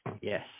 Yes